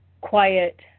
quiet